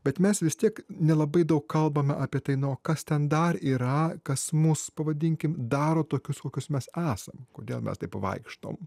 bet mes vis tiek nelabai daug kalbame apie tai nu o kas ten dar yra kas mus pavadinkim daro tokius kokius mes esam kodėl mes taip pavaikštome